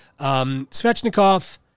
Svechnikov